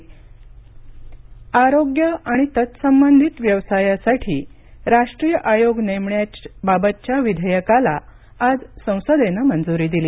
लोकसभा आरोग्य आरोग्य आणि तत्संबंधित व्यवसायासाठी राष्ट्रीय आयोग नेमण्याबाबतच्या विधेयकाला आज संसदेनं मंजुरी दिली